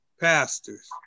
pastors